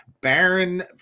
Baron